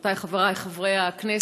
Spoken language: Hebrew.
חברותי וחברי חברי הכנסת,